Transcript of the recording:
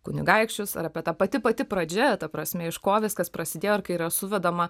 kunigaikščius ar apie tą pati pati pradžia ta prasme iš ko viskas prasidėjo ir kai yra suvedama